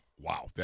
wow